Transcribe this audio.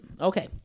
okay